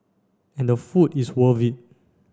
and the food is worth it